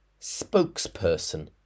Spokesperson